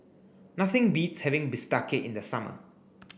nothing beats having Bistake in the summer